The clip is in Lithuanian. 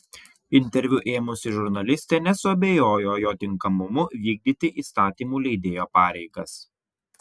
interviu ėmusi žurnalistė nesuabejojo jo tinkamumu vykdyti įstatymų leidėjo pareigas